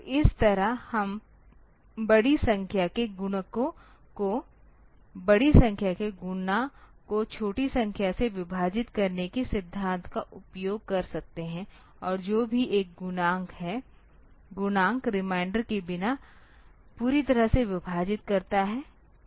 तो इस तरह हम बड़ी संख्या के गुणकों को बड़ी संख्या के गुणा को छोटी संख्या से विभाजित करने के सिद्धांत का उपयोग कर सकते हैं और जो भी एक गुणनक रिमाइंडर के बिना पूरी तरह से विभाजित करता है